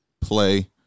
play